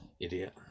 idiot